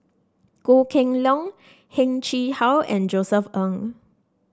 Goh Kheng Long Heng Chee How and Josef Ng